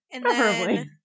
Preferably